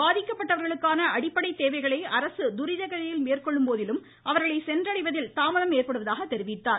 பாதிக்கப்பட்டவர்களுக்கான அடிப்படை தேவைகளை அரசு துரிதகதியில் மேற்கொள்ளும் போதிலும் அவர்களை சென்றடைவதில் தாமதம் ஏற்படுவதாக கூறினார்